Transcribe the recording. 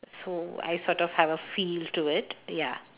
so I sort of have a feel to it ya